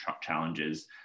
challenges